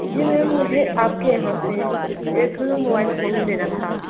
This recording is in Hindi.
जी मैम मुझे आपके यहाँ से एक मोबाइल फोन लेना था